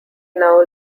now